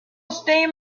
steam